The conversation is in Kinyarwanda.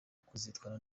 kuzitwara